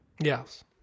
Yes